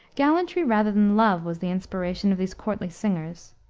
gallantry rather than love was the inspiration of these courtly singers.